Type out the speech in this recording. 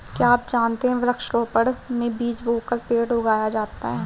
क्या आप जानते है वृक्ष रोपड़ में बीज बोकर पेड़ उगाया जाता है